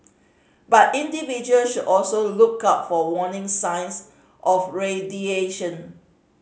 but individuals should also look out for warning signs of